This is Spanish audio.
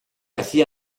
hacía